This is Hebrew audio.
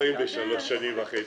בשלוש שנים וחצי.